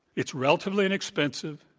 it's relatively inexpensive.